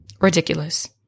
ridiculous